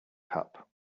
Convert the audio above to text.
cup